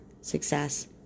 success